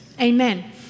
Amen